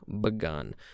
begun